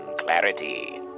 clarity